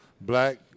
black